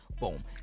boom